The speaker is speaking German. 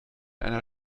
einer